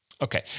okay